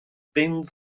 bum